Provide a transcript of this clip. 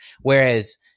Whereas